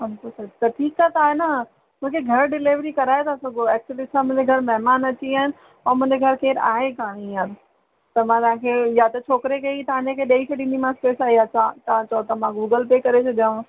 पंज सौ त ठीकु आहे तव्हां आहे न मुंहिंजे घर डिलीवरी कराए था सघो एक्चुअली छा मुंहिंजे घर महिमान अची विया आहिनि ऐं मुंहिंजे घर केरु आहे ई कोन्ह हीअं त मां तव्हांखे या त छोकिरे खे ई तव्हां इनखे ॾेई छॾींदीमास पैसा या ता तव्हां चओ त मां गूगल पे करे छॾियांव